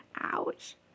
ouch